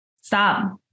stop